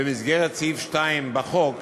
במסגרת סעיף 2 בחוק,